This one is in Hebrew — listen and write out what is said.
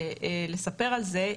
לספר על זה.